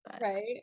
right